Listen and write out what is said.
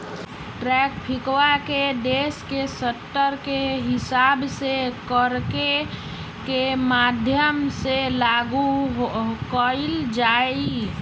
ट्रैफिकवा के देश के स्तर के हिसाब से कर के माध्यम से लागू कइल जाहई